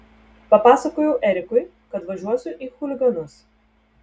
papasakojau erikui kad važiuosiu į chuliganus